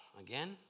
again